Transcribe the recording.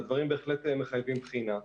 והדברים בהחלט מחייבים בחינה.